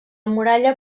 muralla